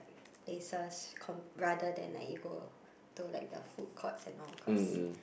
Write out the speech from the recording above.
places com~ rather then like you go to like the food courts and all cause